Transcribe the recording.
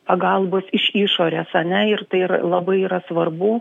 pagalbos iš išorės ane ir tai ir labai yra svarbu